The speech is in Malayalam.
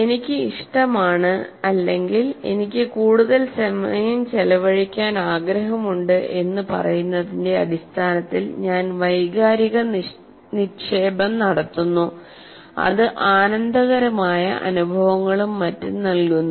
എനിക്ക് ഇഷ്ടമാണ് അല്ലെങ്കിൽ എനിക്ക് കൂടുതൽ സമയം ചെലവഴിക്കാൻ ആഗ്രഹമുണ്ട് എന്ന് പറയുന്നതിന്റെ അടിസ്ഥാനത്തിൽ ഞാൻ വൈകാരിക നിക്ഷേപം നടത്തുന്നു അത് ആനന്ദകരമായ അനുഭവങ്ങളും മറ്റും നൽകുന്നു